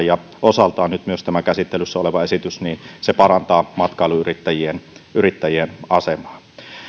osaltaan nyt myös tämä käsittelyssä oleva esitys parantaa matkailuyrittäjien asemaa